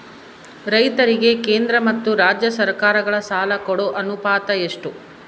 ರೈತರಿಗೆ ಕೇಂದ್ರ ಮತ್ತು ರಾಜ್ಯ ಸರಕಾರಗಳ ಸಾಲ ಕೊಡೋ ಅನುಪಾತ ಎಷ್ಟು?